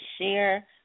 share